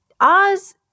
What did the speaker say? Oz